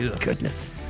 Goodness